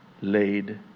laid